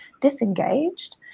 disengaged